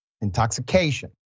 intoxication